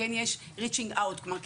וכן יש Reaching Out. כלומר,